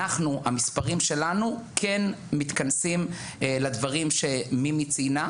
אנחנו המספרים שלנו כן מתנסים לדברים שמימי ציינה,